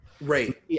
right